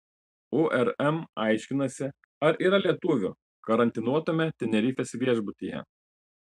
urm aiškinasi ar yra lietuvių karantinuotame tenerifės viešbutyje